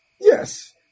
Yes